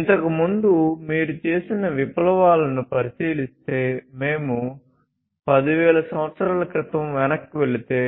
ఇంతకుముందు మీరు చేసిన విప్లవాలను పరిశీలిస్తే మేము 10000 సంవత్సరాల క్రితం వెనక్కి వెళితే